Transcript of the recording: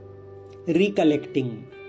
Recollecting